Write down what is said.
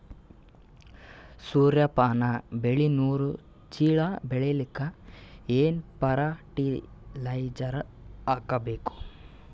ಸೂರ್ಯಪಾನ ಬೆಳಿ ನೂರು ಚೀಳ ಬೆಳೆಲಿಕ ಏನ ಫರಟಿಲೈಜರ ಹಾಕಬೇಕು?